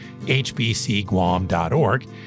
HBCGuam.org